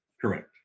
Correct